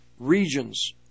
Regions